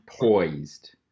poised